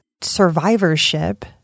survivorship